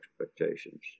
expectations